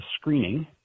screening